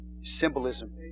symbolism